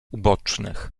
ubocznych